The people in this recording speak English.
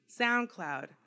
SoundCloud